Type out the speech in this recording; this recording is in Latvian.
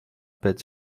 pēc